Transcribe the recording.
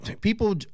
people